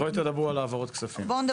בואו נדבר על העברות כספים,